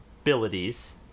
abilities